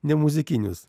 ne muzikinius